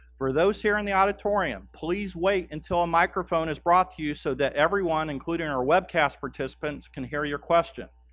for those here in the auditorium, please wait until a microphone is brought to you, so that everyone, including our webcast participants can hear your question.